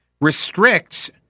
restricts